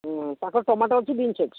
ହୁଁ ତାଙ୍କର ଟମାଟୋ ଅଛି ବିନ୍ସ ଅଛି